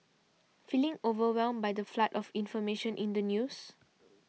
feeling overwhelmed by the flood of information in the news